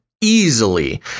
easily